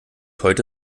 heute